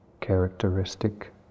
characteristic